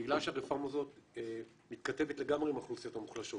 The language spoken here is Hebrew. בגלל שהרפורמה הזאת מתכתבת לגמרי עם האוכלוסיות המוחלשות